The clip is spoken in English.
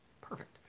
Perfect